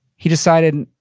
he decided,